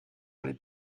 aller